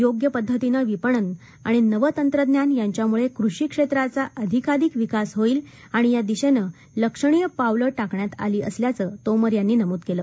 योग्य पद्धतीनं विपणन आणि नवं तंत्रज्ञान यांच्यामुळे कृषी क्षेत्राचा अधिकाधिक विकास होईल आणि या दिशेनं लक्षणीय पावलं ाकेण्यात आली असल्याचं तोमर यांनी नमूद केलं